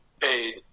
paid